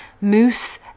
moose